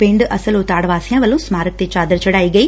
ਪਿੰਡ ਅਸਲ ਉਤਾੜ ਵਾਸੀਆਂ ਵੱਲੋਂ ਸਮਾਰਕ ਤੇ ਚਾਦਰ ਚੜਾਈ ਗਈ